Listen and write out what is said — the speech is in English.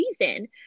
reason